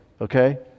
okay